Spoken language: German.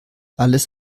alles